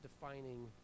defining